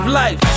life